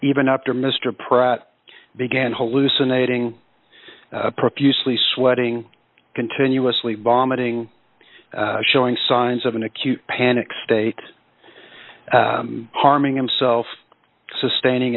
even after mr pratt began hallucinating profusely sweating continuously bombing showing signs of an acute panic state harming him self sustaining